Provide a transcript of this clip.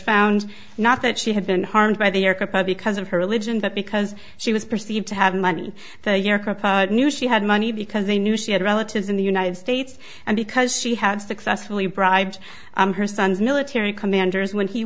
found not that she had been harmed by the because of her religion but because she was perceived to have money that he knew she had money because they knew she had relatives in the united states and because she had successfully bribed her son's military commanders when he